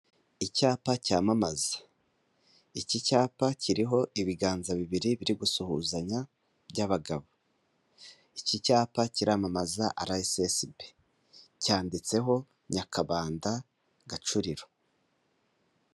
Icyapa cyamamaza, iki cyapa kiriho ibiganza bibiri biri gusuhuzanya by'abagabo iki cyapa kiramamaza RSSB cyanditseho Nyakabanda Gacuriro.